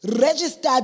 registered